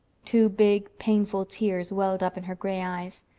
two big, painful tears welled up in her gray eyes.